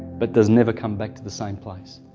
but does never come back to the same place.